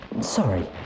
Sorry